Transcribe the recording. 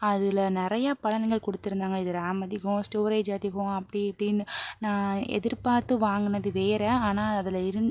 அதில் நிறையா பலன்கள் கொடுத்து இருந்தாங்க இது ரேம் அதிகம் ஸ்டோரேஜ் அதிகம் அப்படி இப்படின்னு நான் எதிர்பார்த்து வாங்கினது வேறு ஆனால் அதில் இருந்